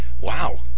Wow